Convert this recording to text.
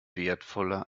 wertvoller